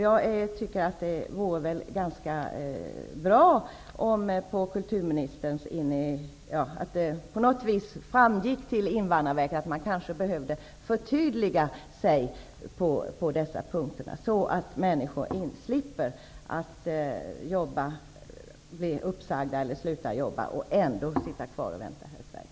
Jag tycker att det vore bra om det på något sätt skulle framgå för Invandrarverket att man kanske behöver förtydliga sig på dessa punkter, så att människor som väntar i Sverige inte skall bli uppsagda.